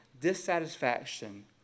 dissatisfaction